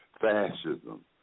fascism